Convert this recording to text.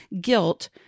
guilt